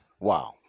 Wow